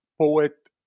poet